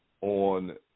on